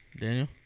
Daniel